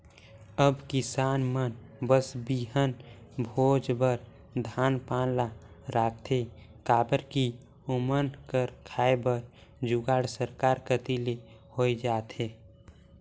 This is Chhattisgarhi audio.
अब किसान मन बस बीहन भोज बर धान पान ल राखथे काबर कि ओमन कर खाए कर जुगाड़ सरकार कती ले होए जाथे